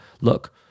Look